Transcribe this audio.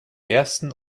ersten